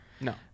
No